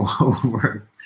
over